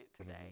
today